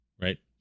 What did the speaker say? Right